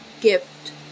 gift